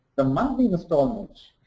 ah monthly installments,